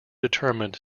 determined